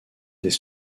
des